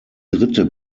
dritte